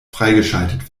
freigeschaltet